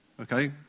Okay